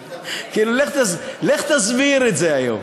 לך תסביר את זה היום,